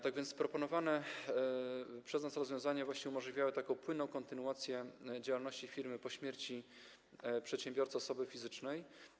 Tak więc proponowane przez nas rozwiązania umożliwiają płynną kontynuację działalności firmy po śmierci przedsiębiorcy, osoby fizycznej.